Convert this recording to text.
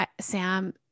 Sam